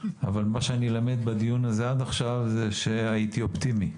אבל ממה שאני למד בדיון הזה עד עכשיו זה שהייתי אופטימי.